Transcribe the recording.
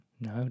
No